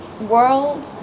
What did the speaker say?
world